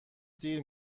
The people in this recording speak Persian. دیر